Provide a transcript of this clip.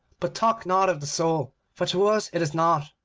but talk not of the soul, for to us it is nought,